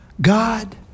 God